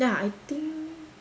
ya I think